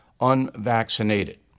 unvaccinated